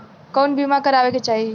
कउन बीमा करावें के चाही?